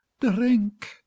drink